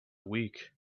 week